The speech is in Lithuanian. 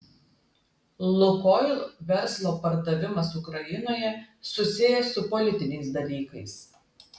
lukoil verslo pardavimas ukrainoje susijęs su politiniais dalykais